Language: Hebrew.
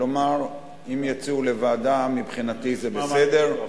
כלומר, אם ירצו לוועדה, מבחינתי זה בסדר.